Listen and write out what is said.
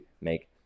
make